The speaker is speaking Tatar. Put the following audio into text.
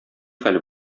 хәл